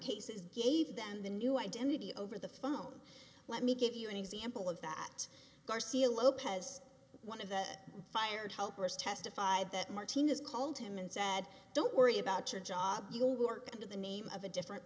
cases gave them the new identity over the phone let me give you an example of that garcia lopez one of the fired helpers testified that martinez called him and said don't worry about your job you'll work under the name of a different